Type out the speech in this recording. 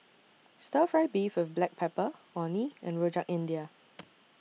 Stir Fry Beef with Black Pepper Orh Nee and Rojak India